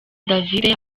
david